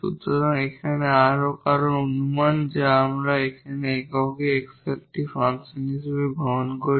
সুতরাং এখানে আবার আরও অনুমান যা আমরা এই এককে x এর একটি ফাংশন হিসাবে গ্রহণ করি